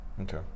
Okay